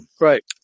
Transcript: Right